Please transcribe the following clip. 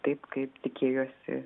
taip kaip tikėjosi